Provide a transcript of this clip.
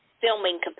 filming